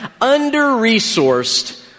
under-resourced